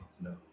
no